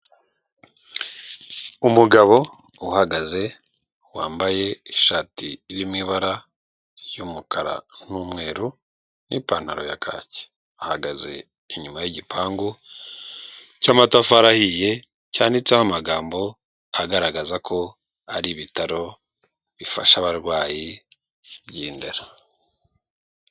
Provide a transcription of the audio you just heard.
Umugabo uhagaze wambaye ishati irimo ibara y'umukara n'umweru ni pantaro ya kacyi, ahagaze inyuma y'igipangu cy'amatafari ahiye cyanditseho amagambo agaragaza ko ari ibitaro bifasha abarwayi by'i Ndera.